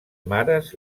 mares